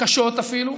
קשות אפילו,